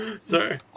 Sorry